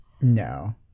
No